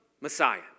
Messiah